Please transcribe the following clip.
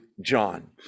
John